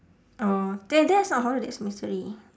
oh that that's not horror that's mystery